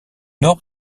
nord